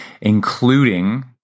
including